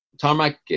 Tarmac